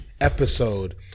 episode